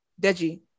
Deji